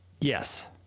yes